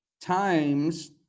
times